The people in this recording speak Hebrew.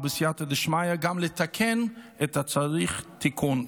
ובסייעתא דשמיא גם לתקן את הצריך תיקון.